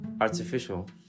artificial